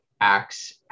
acts